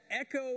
echo